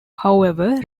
however